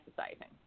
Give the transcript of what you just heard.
exercising